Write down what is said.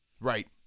right